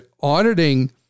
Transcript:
auditing